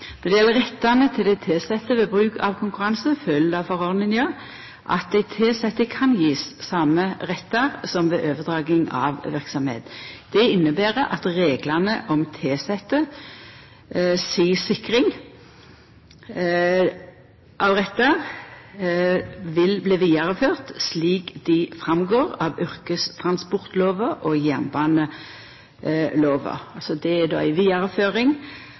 Når det gjeld rettane til dei tilsette ved bruk av konkurranse, følgjer det av forordninga at dei tilsette kan gjevast dei same rettane som ved overdraging av verksemd. Det inneber at reglane om sikring av rettane til dei tilsette vil bli vidareførte, slik dei framgår av yrkestransportlova og jernbanelova. Det er ei vidareføring